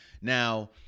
Now